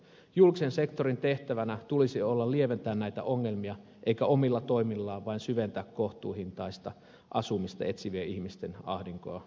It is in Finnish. julkisen sektorin tehtävänä tulisi olla lieventää näitä ongelmia eikä omilla toimillaan vain syventää kohtuuhintaista asumista etsivien ihmisten ahdinkoa